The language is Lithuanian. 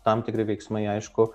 tam tikri veiksmai aišku